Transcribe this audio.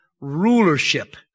rulership